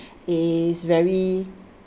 is very